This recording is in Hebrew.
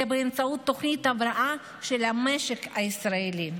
אלא באמצעות תוכנית ההבראה של המשק הישראלי.